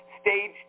Stage